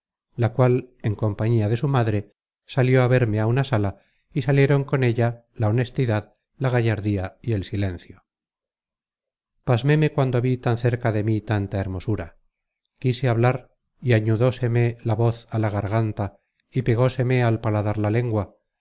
la cual en compañía de su madre salió á verme á una sala y salieron con ella la honestidad la gallardía y el silencio pasméme cuando vi tan cerca de mí tanta hermosura quise hablar y añudóseme la voz á la garganta y pegóseme al paladar la lengua